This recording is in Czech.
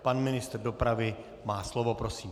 Pan ministr dopravy má slovo, prosím.